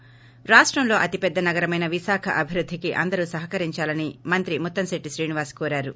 ి రాష్టంలో అతిపెద్ద నగరమైన విశాఖ అభివృద్ధికి అందరూ సహకరించాలని మంత్రి ముత్తంశెట్టి శ్రీనివాస్ కోరారు